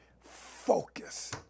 focus